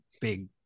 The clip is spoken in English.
big